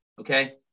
Okay